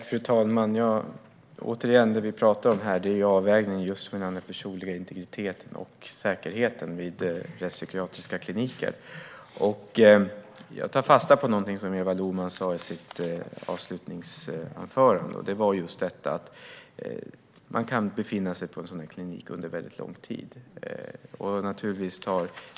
Fru talman! Återigen: Det vi talar om här är avvägningen mellan den personliga integriteten och säkerheten vid rättspsykiatriska kliniker. Jag tar fasta på något som Eva Lohman sa i sitt avslutningsanförande, nämligen att man kan befinna sig på en sådan klinik under väldigt lång tid.